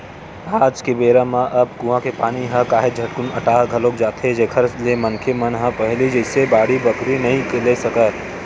आज के बेरा म अब कुँआ के पानी ह काहेच झटकुन अटा घलोक जाथे जेखर ले मनखे मन ह पहिली जइसे बाड़ी बखरी नइ ले सकय